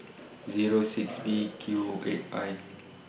Zero six B Q eight I